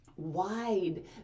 Wide